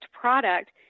product